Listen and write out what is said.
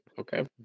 okay